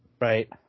right